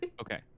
Okay